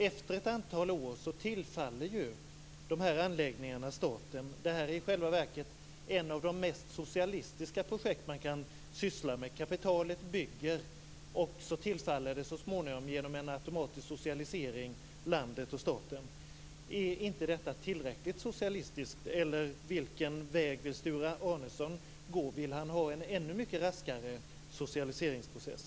Efter ett antal år tillfaller ju de här anläggningarna staten. Detta är i själva verket ett av de mest socialistiska projekt man kan syssla med. Kapitalet bygger, och så småningom tillfaller det landet och staten genom en automatisk socialisering. Är inte detta tillräckligt socialistiskt? Vilken väg vill Sture Arnesson gå? Vill han ha en ännu mycket raskare socialiseringsprocess?